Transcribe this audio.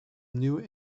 new